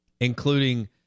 including